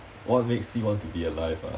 what makes me want to be alive ah